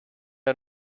are